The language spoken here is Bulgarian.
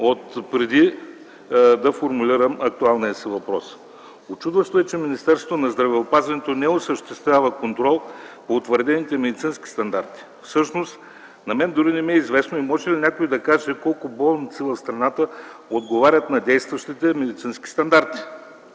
от преди да формулирам актуалния си въпрос. Учудващо е, че Министерството на здравеопазването не осъществява контрол по утвърдените медицински стандарти. Всъщност на мен дори не ми е известно и може ли някой да каже: колко болници в страната отговарят на действащите медицински стандарти?